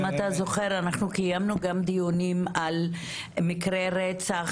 אם אתה זוכר אנחנו גם קיימנו דיונים על מקרה רצח